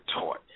taught